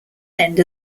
end